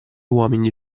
uomini